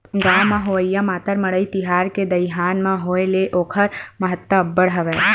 गाँव म होवइया मातर मड़ई तिहार के दईहान म होय ले ओखर महत्ता अब्बड़ हवय